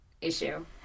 issue